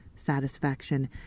satisfaction